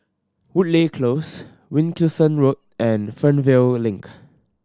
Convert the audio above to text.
Woodleigh Close Wilkinson Road and Fernvale Link